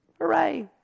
Hooray